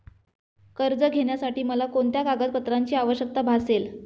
कर्ज घेण्यासाठी मला कोणत्या कागदपत्रांची आवश्यकता भासेल?